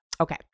Okay